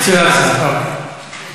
אצל השר, אוקיי.